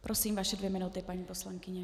Prosím, vaše dvě minuty, paní poslankyně.